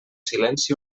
silenci